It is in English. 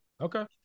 Okay